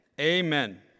Amen